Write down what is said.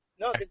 No